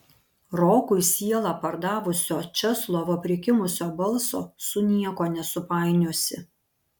rokui sielą pardavusio česlovo prikimusio balso su niekuo nesupainiosi